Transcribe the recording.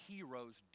Heroes